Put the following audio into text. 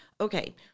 Okay